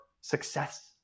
success